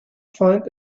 find